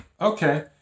Okay